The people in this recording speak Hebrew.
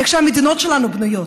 איך שהמדינות שלנו בנויות,